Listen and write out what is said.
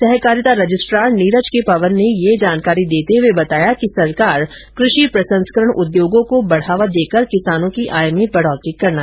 सहकारिता registrar Neeraj K Pawan ने यह जानकारी देते हुए बताया कि सरकार कृषि प्रसंस्करण उद्योगों को बढावा देकर किसानों की आय में बढोतरी करना चाहती है